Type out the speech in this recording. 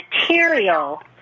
material